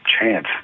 chance